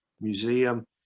museum